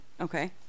Okay